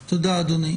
תודה, אדוני.